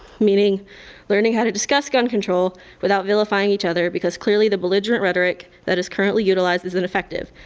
meaning learning how to discuss gun control without vilifying each other because clearly the belligerent rhetoric that is currently utilized is ineffective.